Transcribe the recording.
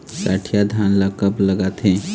सठिया धान ला कब लगाथें?